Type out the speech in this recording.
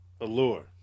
Allure